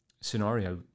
scenario